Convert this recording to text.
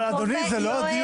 אבל, אדוני, זה לא הדיון.